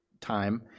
time